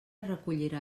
recollirà